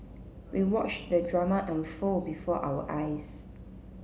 we watched the drama unfold before our eyes